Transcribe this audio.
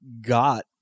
got